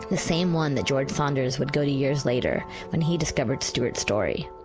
the same one that george saunders would go to years later, when he discovered stewart story,